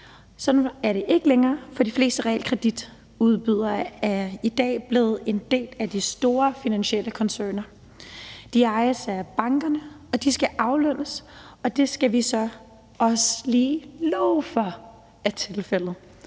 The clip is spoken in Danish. Sådan er det ikke længere, for de fleste realkreditudbydere er i dag blevet en del af de store finansielle koncerner. De ejes af bankerne, og de skal aflønnes, og det skal vi også lige love for er tilfældet.